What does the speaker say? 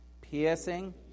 piercing